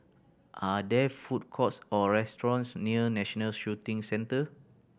are there food courts or restaurants near National Shooting Centre